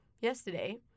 yesterday